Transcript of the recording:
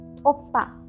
Oppa